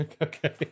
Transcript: Okay